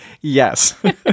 Yes